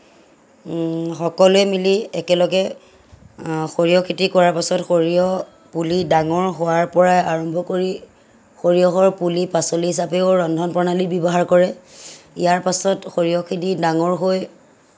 সকলোৱে মিলি একেলগে সৰিয়হ খেতি কৰাৰ পিছত সৰিয়হ পুলি ডাঙৰ হোৱাৰ পৰা আৰম্ভ কৰি সৰিয়হৰ পুলি পাচলি হিচাপেও ৰন্ধন প্ৰণালীত ব্যৱহাৰ কৰে ইয়াৰ পিছত সৰিয়হখিনি ডাঙৰ হৈ